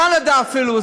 קנדה אפילו,